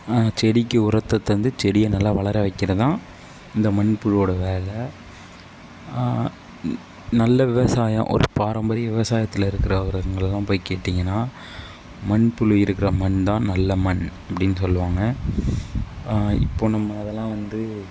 செடிக்கு உரத்தை தந்து செடியை நல்லா வளர வைக்கிறதான் இந்த மண்புழுவோட வேலை நல்ல விவசாயம் ஒரு பாரம்பரிய விவசாயத்தில் இருக்குறவங்களல்லாம் போய் கேட்டீங்கன்னா மண்புழு இருக்கிற மண் தான் நல்ல மண் அப்படின்னு சொல்வாங்க இப்போ நம்ம அதெல்லாம் வந்து